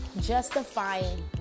justifying